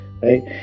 right